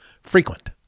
frequent